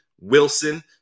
Wilson